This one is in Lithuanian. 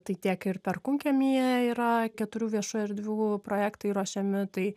tai tiek ir perkūnkiemyje yra keturių viešų erdvių projektai ruošiami tai